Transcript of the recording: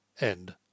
End